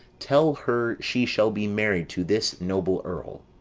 tell her she shall be married to this noble earl.